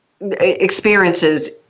experiences